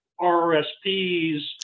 RRSPs